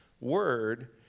word